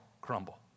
crumble